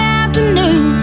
afternoon